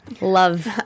love